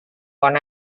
bon